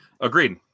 Agreed